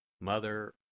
Mother